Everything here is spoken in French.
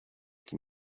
qui